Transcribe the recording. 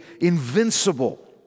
invincible